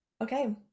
Okay